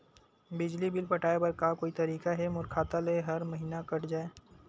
बिजली बिल पटाय बर का कोई तरीका हे मोर खाता ले हर महीना कट जाय?